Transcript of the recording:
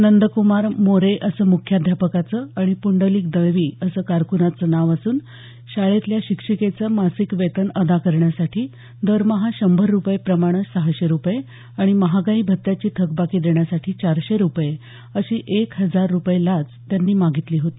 नंदक्मार मोरे असं म्ख्याध्यापकाचं आणि प्ंडलिक दळवी असं कारक्नाचं नाव असून शाळेतल्या शिक्षिकेचं मासिक वेतन अदा करण्यासाठी दरमहा शंभर रुपये प्रमाणे सहाशे रुपये आणि महागाई भत्त्याची थकबाकी देण्यासाठी चारशे रुपये अशी एक हजार रुपये लाच त्यांनी मागितली होती